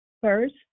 First